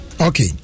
Okay